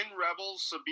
Rebels